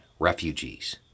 Refugees